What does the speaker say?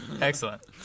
Excellent